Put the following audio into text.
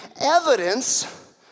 evidence